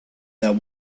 that